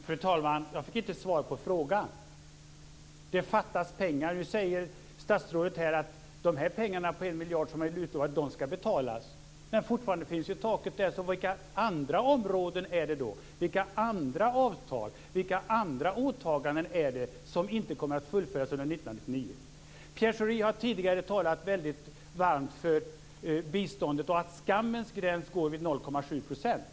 Fru talman! Jag fick inte svar på frågan. Det fattas pengar. Nu säger statsrådet Schori att de pengar som är utlovade, dvs. en miljard, skall betalas. Fortfarande finns ju taket. Vilka andra områden, vilka andra avtal och vilka andra åtaganden är det som inte kommer att fullföljas under 1999? Pierre Schori har tidigare talat varmt för biståndet och att skammens gräns går vid 0,7 %.